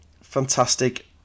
fantastic